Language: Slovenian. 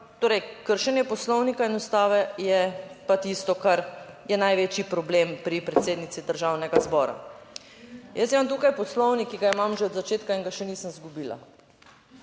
torej, kršenje Poslovnika in Ustave je pa tisto, kar je največji problem pri predsednici Državnega zbora. Jaz imam tukaj Poslovnik, ki ga imam že od začetka in ga še nisem izgubila.